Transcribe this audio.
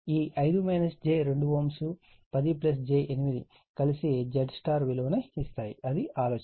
ఈ 5 j 2Ω 10 j 8 కలిసి ZΥ విలువను ఇస్తాయి అది ఆలోచన